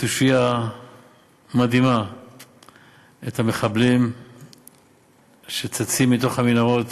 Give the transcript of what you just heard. בתושייה מדהימה את המחבלים שצצים מתוך המנהרות